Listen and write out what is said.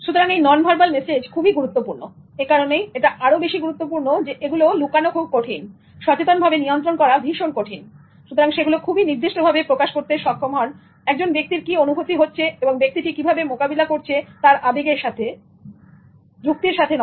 সুতরাং এই non verbal message খুবই গুরুত্বপূর্ণ এ কারণেই এটা আরো বেশি গুরুত্বপূর্ণ কারণ এগুলো লুকানো খুব কঠিন সচেতনভাবে নিয়ন্ত্রণ করা ভীষণ কঠিন সুতরাং সেগুলো খুবই নির্দিষ্টভাবে প্রকাশ করতে সক্ষম হয় একজন ব্যক্তির কি অনুভূতি হচ্ছে এবং ব্যক্তিটি কিভাবে মোকাবিলা করছে তার আবেগের সাথে যুক্তির সাথে নয়